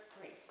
grace